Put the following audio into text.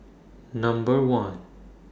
Number one